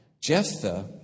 Jephthah